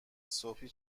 صبحی